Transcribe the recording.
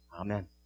Amen